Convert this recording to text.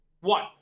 One